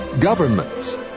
governments